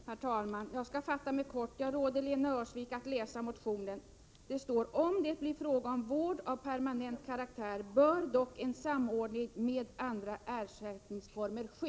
Herr talman! Jag skall fatta mig kort — jag råder Lena Öhrsvik att läsa motionen. Där står det bl.a. följande: ”Om det blir fråga om vård av permanent karaktär, bör dock en samordning med andra ersättningsformer ske.”